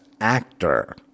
actor